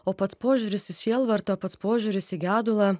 o pats požiūris į sielvartą pats požiūris į gedulą